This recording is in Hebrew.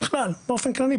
בכלל, באופן כללי,